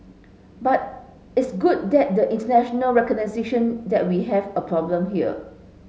but it's good that there international recognition that we have a problem here